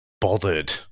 bothered